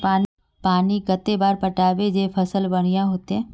पानी कते बार पटाबे जे फसल बढ़िया होते?